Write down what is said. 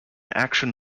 action